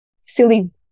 silly